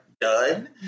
done